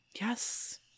yes